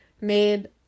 made